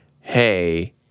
hey